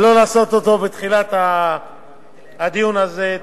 ולא לעשות אותו בתחילת הדיון הזה.